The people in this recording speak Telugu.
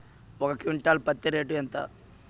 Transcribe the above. ఒక క్వింటాలు పత్తి రేటు ఎంత?